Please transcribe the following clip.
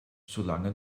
solange